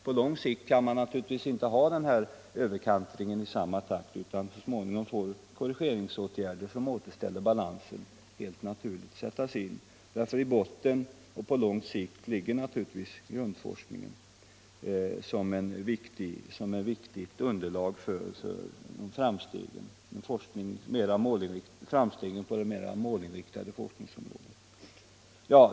På lång sikt kan man naturligtvis inte ha en överkantring i samma takt, utan så småningom får korrigeringsåtgärder som återställer balansen sättas in. På lång sikt är naturligtvis grundforskningen ett viktigt underlag för framstegen på de mer målinriktade forskningsområdena.